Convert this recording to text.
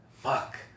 Fuck